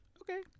okay